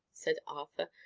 said arthur,